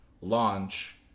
launch